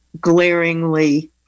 glaringly